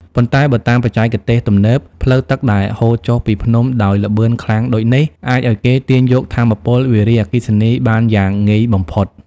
ប៉ុន្តែ បើតាមបច្ចេកទេសទំនើប ផ្លូវទឹកដែលហូរចុះពីភ្នំដោយល្បឿនខ្លាំងដូចនេះ អាចឱ្យគេទាញយកថាមពលវារីអគ្គិសនីបានយ៉ាងងាយបំផុត។